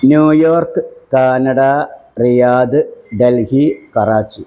new York Canada Riyadh Delhi Karachi